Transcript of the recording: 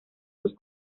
sus